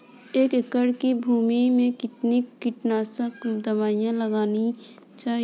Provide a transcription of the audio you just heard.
एक एकड़ भूमि में कितनी कीटनाशक दबाई लगानी चाहिए?